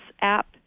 app